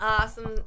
awesome